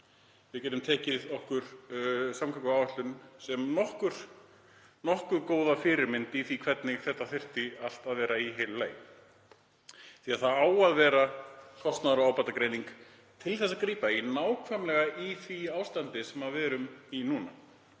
Við getum tekið samgönguáætlun sem nokkuð góða fyrirmynd í því hvernig þetta þyrfti allt að vera í heilu lagi. Það á að vera kostnaðar- og ábatagreining til að grípa til nákvæmlega í því ástandi sem við erum í núna.